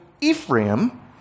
Ephraim